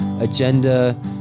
agenda